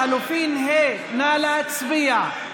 לחלופין ה' נא להצביע.